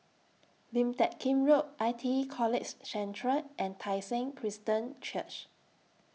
Lim Teck Kim Road I T E College Central and Tai Seng Christian Church